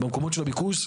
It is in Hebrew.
במקומות של הביקוש,